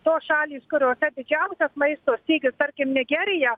tos šalys kuriose didžiausias maisto stygius tarkim nigerija